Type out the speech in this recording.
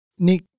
Nick